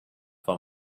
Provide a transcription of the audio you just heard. for